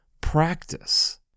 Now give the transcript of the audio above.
practice